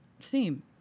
theme